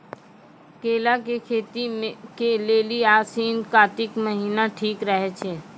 केला के खेती के लेली आसिन कातिक महीना ठीक रहै छै